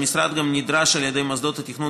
המשרד גם נדרש על ידי מוסדות התכנון